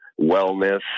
wellness